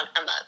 Emma